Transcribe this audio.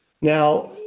Now